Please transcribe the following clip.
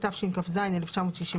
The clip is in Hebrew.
התשכ"ז-1967.